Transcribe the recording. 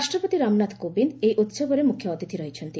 ରାଷ୍ଟ୍ରପତି ରାମନାଥ କୋବିନ୍ଦ ଏହି ଉସବରେ ମୁଖ୍ୟଅତିଥି ରହିଛନ୍ତି